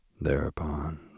Thereupon